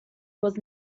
was